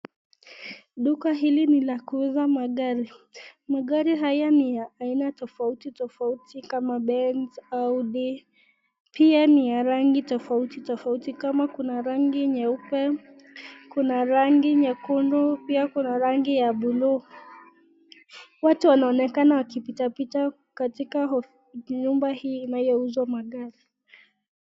Duka hili ni la kuuza magari. Magari haya ni ya aina tofauti tofauti kama Benz, Audi pia ni ya rangi tofauti tofauti. Kama kuna ya nyeupe, kuna rangi nyekundu pia kuna rangi ya buluu. Watu wanaonekana wakipitapita katika nyumba hii inayouza magari.